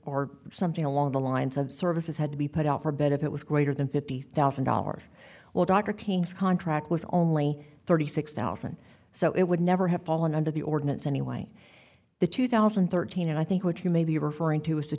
or something along the lines of services had to be put off or better if it was greater than fifty thousand dollars well dr king's contract was only thirty six thousand so it would never have fallen under the ordinance anyway the two thousand and thirteen and i think what you may be referring to